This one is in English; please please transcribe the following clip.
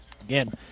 Again